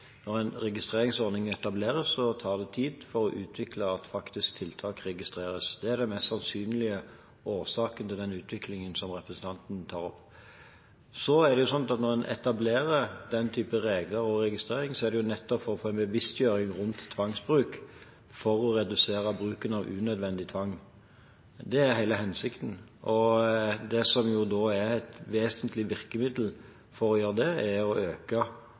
faktisk tiltak registreres. Det er den mest sannsynlige årsaken til den utviklingen som representanten tar opp. Når man etablerer den type regler og registrering, er det nettopp for å få en bevisstgjøring om tvangsbruk for å redusere bruken av unødvendig tvang. Det er hele hensikten. Et vesentlig virkemiddel for å gjøre det, er å øke